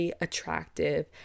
attractive